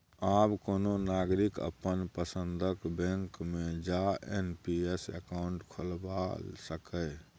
आब कोनो नागरिक अपन पसंदक बैंक मे जा एन.पी.एस अकाउंट खोलबा सकैए